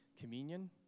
communion